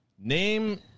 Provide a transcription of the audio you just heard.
Name